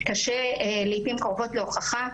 קשה לעיתים קרובות להוכחה.